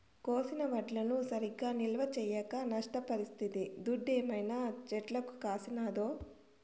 కోసిన వడ్లను సరిగా నిల్వ చేయక నష్టపరిస్తిది దుడ్డేమైనా చెట్లకు కాసినాదో